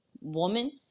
woman